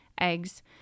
eggs